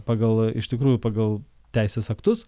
pagal iš tikrųjų pagal teisės aktus